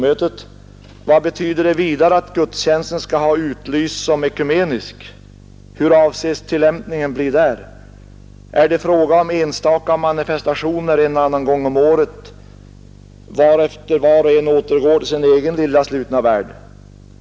”Vad betyder det vidare att gudstjänsten skall ha utlysts som ekumenisk? Hur avses tillämpningen bli där? Är det fråga om enstaka manifestationer en och annan gång om året varefter var och en återgår till sin egen lilla slutna värld?